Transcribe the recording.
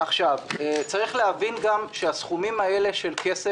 צריך להבין גם שהסכומים האלה של כסף,